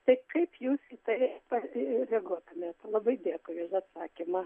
tai kaip jūs į tai pati reaguotumėt labai dėkui už atsakymą